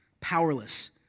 powerless